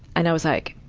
and i was like,